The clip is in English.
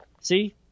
see